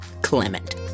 Clement